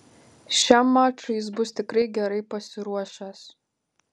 šiam mačui jis bus tikrai gerai pasiruošęs